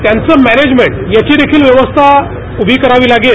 त्यांचं मॅनेजर्मेट याची देखील व्यवस्था करावी लागेल